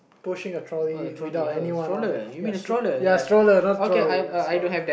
pushing a trolley without anyone on it ya stro~ ya stroller not troller ya stroller